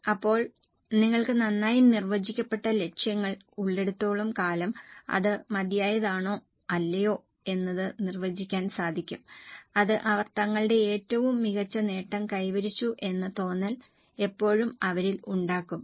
അപ്പോൾ നിങ്ങൾക്ക് നന്നായി നിർവചിക്കപ്പെട്ട ലക്ഷ്യങ്ങൾ ഉള്ളിടത്തോളം കാലം അത് മതിയായതാണോ അല്ലയോ എന്നത് നിർവചിക്കാൻ സാധിക്കും അത് അവർ തങ്ങളുടെ ഏറ്റവും മികച്ച നേട്ടം കൈവരിച്ചു എന്ന തോന്നൽ എപ്പോഴും അവരിൽ ഉണ്ടാക്കും